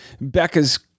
Becca's